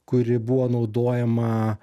kuri buvo naudojama